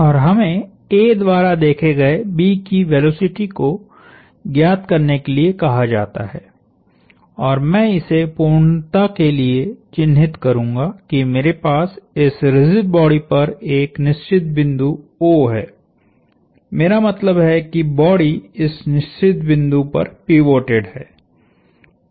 और हमें A द्वारा देखे गए B की वेलोसिटी को ज्ञात करने के लिए कहा जाता है और मैं इसे पूर्णता के लिए चिह्नित करूंगा कि मेरे पास इस रिजिड बॉडी पर एक निश्चित बिंदु O है मेरा मतलब है कि बॉडी इस निश्चित बिंदु पर पिवोटेड है